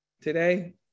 today